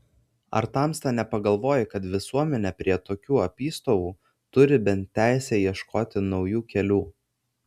ar tamsta nepagalvoji kad visuomenė prie tokių apystovų turi bent teisę ieškoti naujų kelių